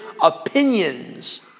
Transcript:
opinions